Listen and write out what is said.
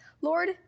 Lord